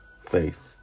faith